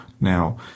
now